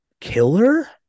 Killer